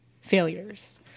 failures